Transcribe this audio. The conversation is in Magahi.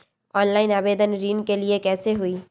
ऑनलाइन आवेदन ऋन के लिए कैसे हुई?